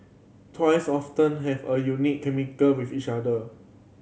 twins often have a unique with each other